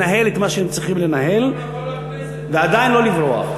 לנהל את מה שהם צריכים לנהל, ועדיין לא לברוח.